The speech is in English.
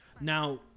now